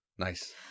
Nice